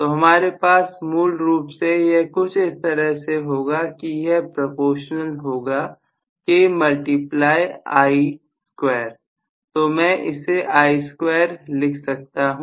तो हमारे पास मूल रूप से यह कुछ इस तरह से होगा कि यह प्रपोशनल होगा K मल्टिप्लाई I2 तो मैं इसे I2 लिख सकता हूं